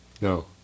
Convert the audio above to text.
No